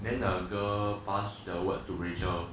then the girl pass the word to rachel